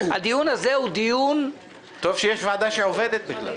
הדיון הזה הוא דיון --- טוב שיש ועדה שעובדת בכלל.